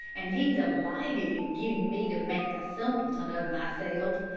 and he delighted in getting me to make a simpleton of myself.